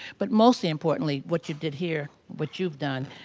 but mostly importantly what you did here, what you've done,